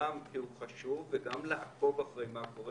גם כי הוא חשוב וגם לעקוב אחר מה שקורה.